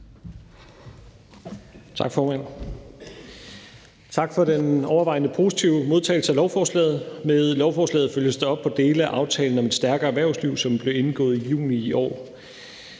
Tak for den overvejende positive modtagelse af lovforslaget. Med lovforslaget følges der op på dele af aftalen om et stærkere erhvervsliv, som blev indgået i juni i år.